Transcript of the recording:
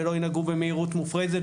ולא ינהגו במהירות מופרזת,